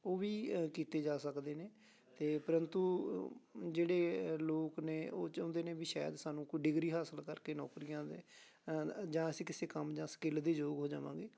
ਉਹ ਵੀ ਕੀਤੇ ਜਾ ਸਕਦੇ ਨੇ ਅਤੇ ਪਰੰਤੂ ਜਿਹੜੇ ਲੋਕ ਨੇ ਉਹ ਚਾਹੁੰਦੇ ਨੇ ਵੀ ਸ਼ਾਇਦ ਸਾਨੂੰ ਕੋਈ ਡਿਗਰੀ ਹਾਸਲ ਕਰਕੇ ਨੌਕਰੀਆਂ ਦਏ ਜਾਂ ਅਸੀਂ ਕਿਸੇ ਕੰਮ ਜਾਂ ਸਕਿੱਲ ਦੇ ਯੋਗ ਹੋ ਜਾਵਾਂਗੇ